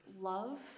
love